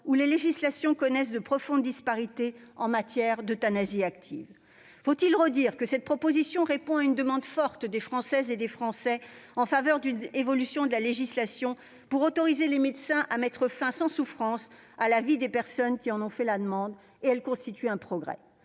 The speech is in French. où les législations connaissent de profondes disparités en matière d'euthanasie active. Faut-il redire que cette proposition de loi répond à une demande forte des Français, qui souhaitent que la législation évolue afin d'autoriser les médecins à mettre fin sans souffrance à la vie des personnes qui en font la demande ? Elle constitue un progrès.